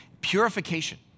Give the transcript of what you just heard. purification